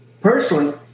personally